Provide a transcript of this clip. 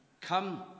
Come